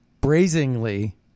brazenly